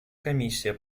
комиссия